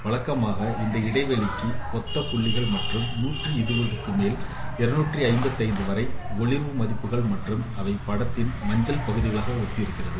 வழக்கமாக இந்த இடைவெளிக்கு ஒத்த புள்ளிகள் மற்றும் 120 முதல் 255 வரை ஒளிர்வு மதிப்புகள் மற்றும் அவை படத்தின் மஞ்சள் பகுதிகளாக ஒத்திருக்கிறது